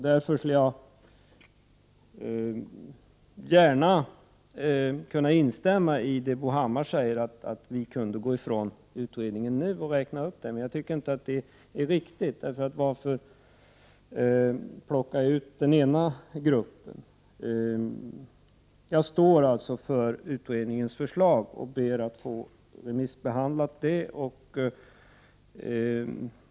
Därför skulle jag kunna instämma i det som Bo Hammar säger om att man skulle kunna gå från utredningen nu och räkna upp detta stöd, men jag tycker inte att det är riktigt. Jag anser inte att man skall plocka ut den ena gruppen. Jag står alltså fast vid utredningens förslag och tycker att det skall remissbehandlas.